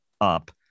up